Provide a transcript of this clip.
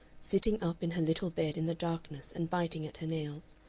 sitting up in her little bed in the darkness and biting at her nails.